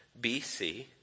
BC